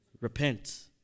Repent